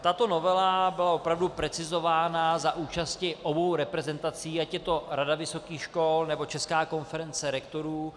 Tato novela byla opravdu precizována za účasti obou reprezentací, ať je to Rada vysokých škol, nebo Česká konference rektorů.